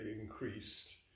increased